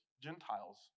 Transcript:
Gentiles